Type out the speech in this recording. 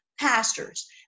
pastors